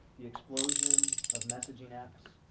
the explosion of messaging apps.